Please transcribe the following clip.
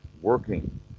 working